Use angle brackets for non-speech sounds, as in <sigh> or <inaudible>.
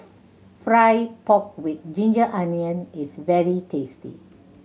<unintelligible> fry pork with ginger onion is very tasty